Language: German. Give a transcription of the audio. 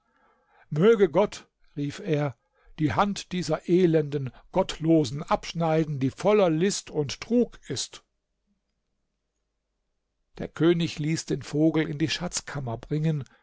möge gott rief er die hand dieser elenden gottlosen abschneiden die voller list und trug ist der könig ließ den vogel in die schatzkammer bringen